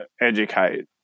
educate